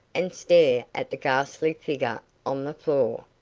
and stare at the ghastly figure on the floor.